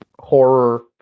horror